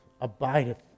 abideth